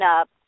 up